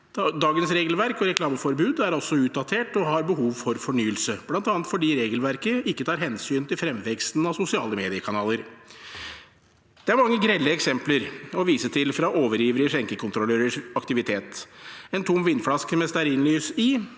Dagens regelverk og reklameforbud er altså utdatert og har behov for fornyelse, bl.a. fordi regelverket ikke tar hensyn til fremveksten av sosiale mediekanaler. Det er mange grelle eksempler å vise til fra overivrige skjenkekontrollørers aktivitet. En tom vinflaske med stearinlys